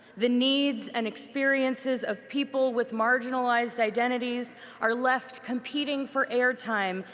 the needs and experiences of people with marginalized identities are left competing for airtime,